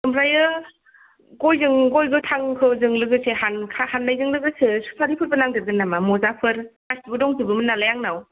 ओमफ्राय गयजों गय गोथांजों लोगोसे हान्नायजों लोगोसे सुफारिफोरबो नांदेरगोन नामा मजाफोर गासैबो दंजोबोमोन नालाय आंनाव